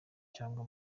cyangwa